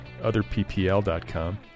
otherppl.com